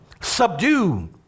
subdue